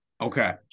Okay